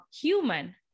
human